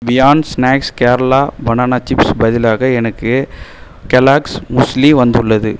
beyond Snacks Kerala banana chips பதிலாக எனக்கு Kellogg's muesli வந்துள்ளது